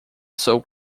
sou